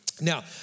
Now